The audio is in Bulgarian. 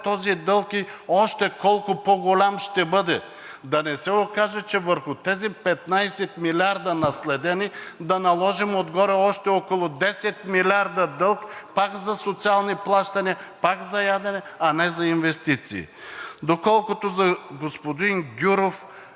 този дълг, и колко още по-голям ще бъде. Да не се окаже, че върху тези наследени 15 милиарда ще наложим отгоре още около 10 милиарда дълг пак за социални плащания, пак за ядене, а не за инвестиции. Колкото до господин Гюров.